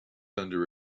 under